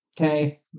Okay